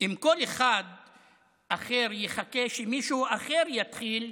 "אם כל אחד אחר יחכה שמישהו אחר יתחיל,